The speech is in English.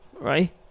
right